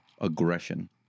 Aggression